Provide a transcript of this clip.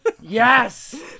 Yes